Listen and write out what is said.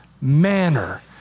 manner